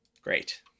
great